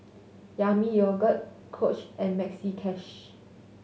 Yami Yogurt Coach and Maxi Cash